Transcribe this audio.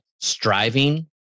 striving